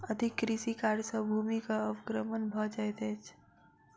अधिक कृषि कार्य सॅ भूमिक अवक्रमण भ जाइत अछि